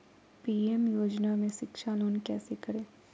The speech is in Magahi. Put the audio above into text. पी.एम योजना में शिक्षा लोन कैसे करें?